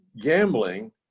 gambling